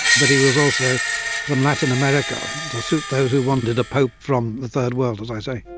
but he was also from latin america to suit those who wanted a pope from the third world, as i say.